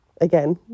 Again